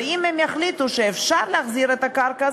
ואם הן יחליטו שאפשר להחזיר את הקרקע,